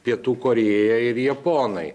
pietų korėja ir japonai